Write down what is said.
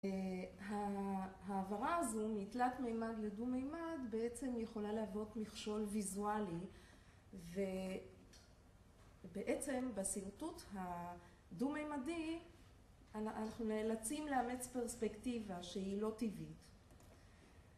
ההעברה הזו, מתלת מימד לדו מימד, בעצם יכולה להיוות מכשול ויזואלי, ובעצם בשרטוט הדו מימדי אנחנו נאלצים לאמץ פרספקטיבה שהיא לא טבעית.